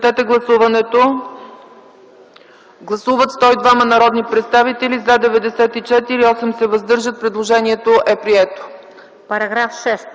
Параграф 6